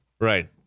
Right